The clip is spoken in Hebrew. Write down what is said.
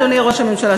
אדוני ראש הממשלה,